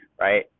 right